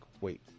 Wait